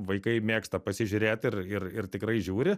vaikai mėgsta pasižiūrėt ir ir ir tikrai žiūri